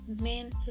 men